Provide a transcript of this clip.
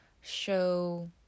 show